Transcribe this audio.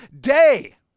day